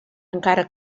encara